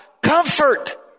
Comfort